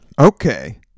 Okay